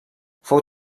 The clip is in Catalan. fou